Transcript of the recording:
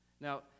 Now